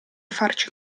farci